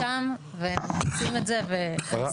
החבר'ה כבר שם, והם עושים את זה ואני שמחה.